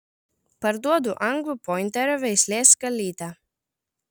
parduodu anglų pointerio veislės kalytę